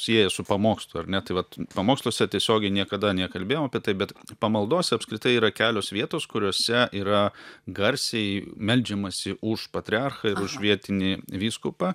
sieja su pamokslu ar ne tai vat pamoksluose tiesiogiai niekada nekalbėjau apie tai bet pamaldose apskritai yra kelios vietos kuriose yra garsiai meldžiamasi už patriarchą ir už vietinį vyskupą